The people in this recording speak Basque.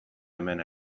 hemen